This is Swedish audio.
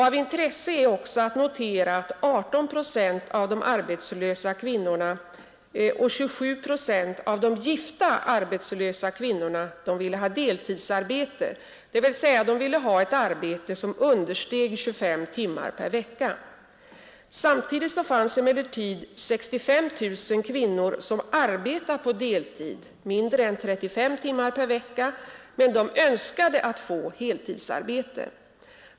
Av intresse är att notera att 18 procent av de arbetslösa kvinnorna och 27 procent av de gifta arbetslösa kvinnorna ville ha deltidsarbete, dvs. ett arbete som understeg 25 timmar per vecka. Samtidigt fanns emellertid 65 000 kvinnor som arbetade på deltid, mindre än 35 timmar per vecka, men önskade få heltidsarbete.